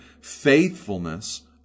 faithfulness